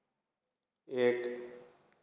एक